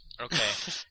Okay